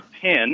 pin